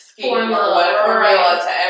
Formula